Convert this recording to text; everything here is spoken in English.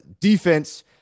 defense